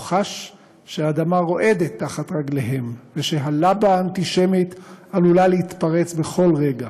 הוא חש שהאדמה רועדת תחת רגליהם ושהלבה האנטישמית עלולה להתפרץ בכל רגע.